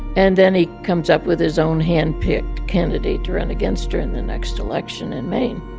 and then he comes up with his own hand-picked candidate to run against her in the next election in maine.